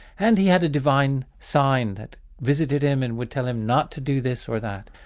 and he had a divine sign that visited him and would tell him not to do this or that.